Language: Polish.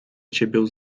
ciebie